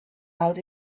out